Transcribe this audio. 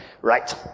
Right